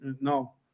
No